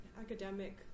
academic